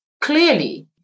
clearly